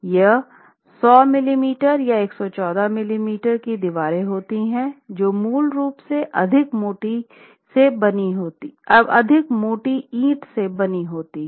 यह 100 मिमी या 114 मिमी की दीवारें होती हैं जो मूल रूप से आधी मोटी ईंट से बनी होती हैं